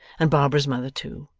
and barbara's mother too.